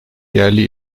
yerli